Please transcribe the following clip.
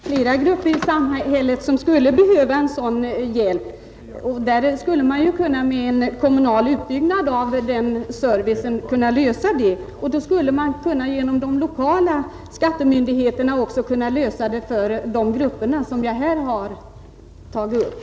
Fru talman! Det är klart att det finns flera grupper i samhället som skulle behöva en sådan här hjälp. Man skulle då genom en kommunal utbyggnad av servicen kunna lösa problemet och via de lokala skattemyndigheterna åstadkomma en lösning även för de grupper som jag här tagit upp.